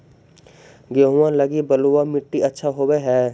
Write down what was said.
गेहुआ लगी बलुआ मिट्टियां अच्छा होव हैं?